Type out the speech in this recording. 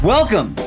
Welcome